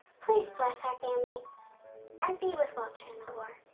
please bless our family and be with walter in the war.